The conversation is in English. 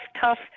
tough